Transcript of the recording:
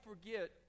forget